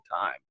time